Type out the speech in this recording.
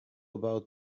about